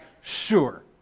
sure